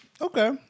Okay